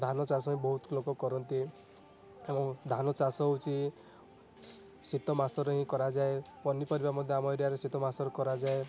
ଧାନ ଚାଷ ବହୁତ୍ ଲୋକ କରନ୍ତି ଏବଂ ଧାନ ଚାଷ ହେଉଚି ଶ ଶୀତ ମାସରେ ହିଁ କରାଯାଏ ପନିପରିବା ମଧ୍ୟ ଆମ ଏରିଆରେ ଶୀତ ମାସରେ କରାଯାଏ